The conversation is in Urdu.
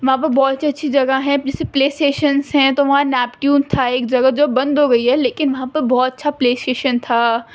وہاں پر بہت اچھی اچھی جگہ ہیں جیسے پلے اسٹیشنس ہیں تو وہاں نیپٹیون تھا ایک جگہ جو بند ہو گئی ہے لیکن وہاں پر بہت اچھا پلے اسٹیشن تھا